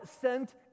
sent